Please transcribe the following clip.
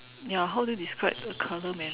ya how do you describe the color man